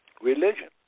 religion